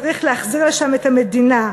צריך להחזיר לשם את המדינה,